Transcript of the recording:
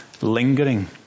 lingering